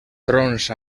trons